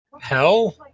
hell